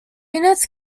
units